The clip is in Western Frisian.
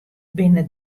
binne